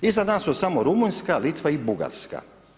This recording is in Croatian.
Iza nas su samo Rumunjska, Litva i Bugarska.